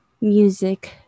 music